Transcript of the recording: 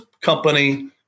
company